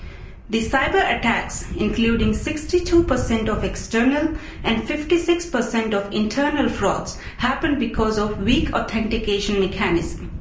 the cyber-attacks including sixty two percent of external and fifty six percent of internal frauds happened because of weak authentication mechanism.